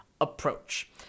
approach